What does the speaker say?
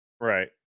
Right